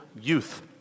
youth